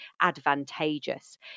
advantageous